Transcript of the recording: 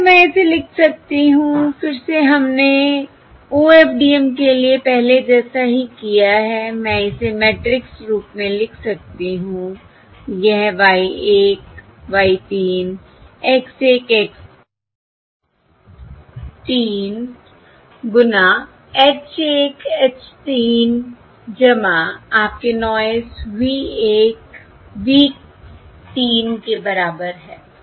फिर से मैं इसे लिख सकती हूं फिर से हमने OFDM के लिए पहले जैसा ही किया है मैं इसे मैट्रिक्स रूप में लिख सकती हूं यह Y 1Y 3 X 1 X 3 गुणा H 1 H 3 आपके नॉयस V1V3 के बराबर है